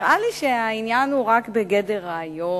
נראה לי שהעניין הוא רק בגדר רעיון.